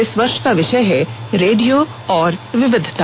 इस वर्ष का विषय है रेडियो और विविधता